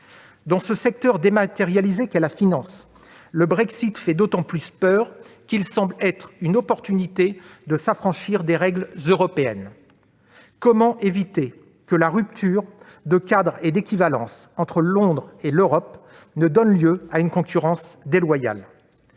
Dans ce secteur dématérialisé qu'est la finance, le Brexit fait d'autant plus peur qu'il semble une opportunité de s'affranchir des règles européennes. Comment éviter que la rupture de cadre et d'équivalence entre Londres et l'Europe ne donne lieu à une concurrence déloyale ?